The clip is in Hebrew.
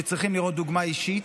שצריכים לראות דוגמה אישית,